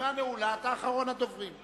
חבר הכנסת ביבי.